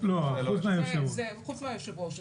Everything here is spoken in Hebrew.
זה חוץ מהיושב ראש.